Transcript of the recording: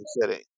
sitting